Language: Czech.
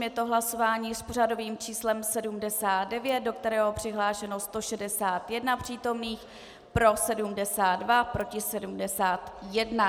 Je to hlasování s pořadovým číslem 79, do kterého je přihlášeno 161 přítomných, pro 72, proti 71.